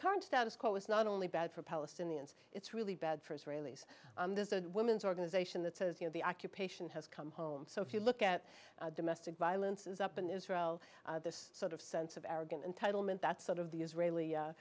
current status quo is not only bad for palestinians it's really bad for israelis there's a women's organization that says you know the occupation has come home so if you look at domestic violence is up in israel this sort of sense of arrogant entitlement that sort of the israeli